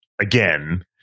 again